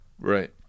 Right